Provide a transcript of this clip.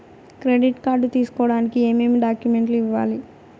credit card తీసుకోడానికి ఏమేమి డాక్యుమెంట్లు ఇవ్వాలి